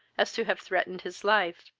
as to have threatened his life,